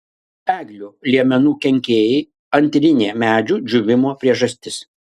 eglių liemenų kenkėjai antrinė medžių džiūvimo priežastis